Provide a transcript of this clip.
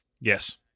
Yes